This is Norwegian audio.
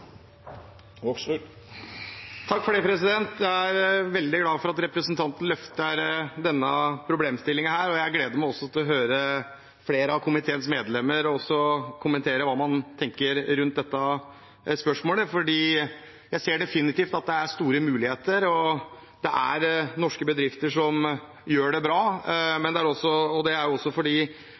Jeg er veldig glad for at representanten løfter denne problemstillingen. Jeg gleder meg til å høre også flere av komiteens medlemmer kommentere hva man tenker rundt dette spørsmålet, for jeg ser definitivt at det er store muligheter. Det er norske bedrifter som gjør det bra. En del av dem har valgt å se det ut fra nisje og hva man skal produsere. Det er